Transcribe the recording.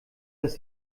dass